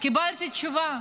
קיבלתי תשובה,